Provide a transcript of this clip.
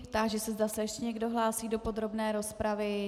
Táži se, zda se ještě někdo hlásí do podrobné rozpravy.